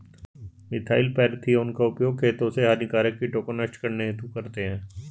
methyl parathion का उपयोग खेतों से हानिकारक कीटों को नष्ट करने हेतु करते है